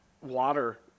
water